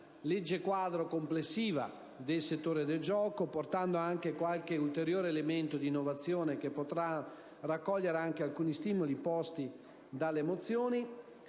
legge-quadro complessiva del settore del gioco, portando qualche ulteriore elemento di innovazione che potrà raccogliere alcuni stimoli posti dalle mozioni